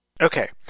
Okay